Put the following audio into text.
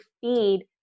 feed